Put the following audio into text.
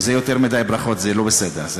זה יותר מדי ברכות, זה לא בסדר.